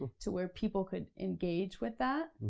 to where people could engage with that,